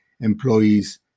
employees